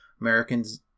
Americans